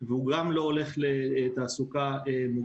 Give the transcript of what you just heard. שהתמריץ לעבוד הוא יותר קטן מפני שאתה מאבד חלק מהזכאויות שלך לקצבה.